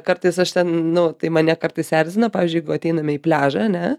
kartais aš ten nu tai mane kartais erzina pavyzdžiui jeigu ateiname į pliažą ane